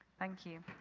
thank you.